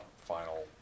final